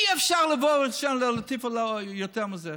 אי-אפשר לבוא ולהטיף ליותר מזה,